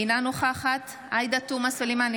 אינה נוכחת עאידה תומא סלימאן,